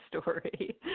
story